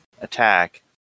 attack